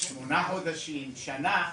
שמונה חודשים, שנה,